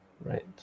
right